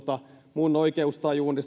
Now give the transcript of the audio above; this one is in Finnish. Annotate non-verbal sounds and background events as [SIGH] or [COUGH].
minun oikeustajuuni [UNINTELLIGIBLE]